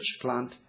plant